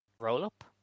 roll-up